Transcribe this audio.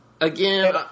again